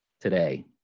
today